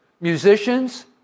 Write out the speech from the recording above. musicians